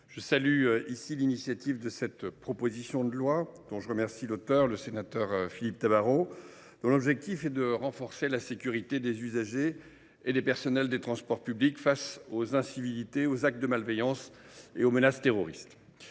je salue l’initiative de cette proposition de loi, dont je remercie l’auteur, Philippe Tabarot. L’objectif est de renforcer la sécurité des usagers et des personnels des transports publics face aux incivilités, aux actes de malveillance et aux menaces terroristes.